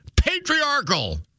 Patriarchal